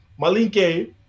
Malinke